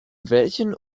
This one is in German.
welchem